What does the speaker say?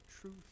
truth